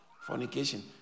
fornication